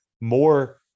more